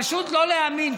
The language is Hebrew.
פשוט לא להאמין.